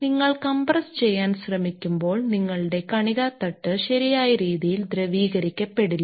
നിങ്ങൾ കംപ്രസ് ചെയ്യാൻ ശ്രമിക്കുമ്പോൾ നിങ്ങളുടെ കണിക തട്ട് ശരിയായ രീതിയിൽ ദ്രവീകരിക്കപ്പെടില്ല